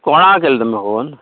कोणा केला तुमी फोन